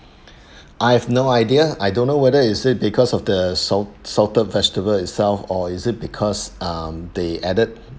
I've no idea I don't know whether is it because of the salt salted vegetable itself or is it because um they added